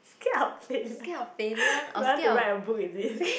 scared of failure you want to write a book is it